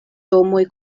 domoj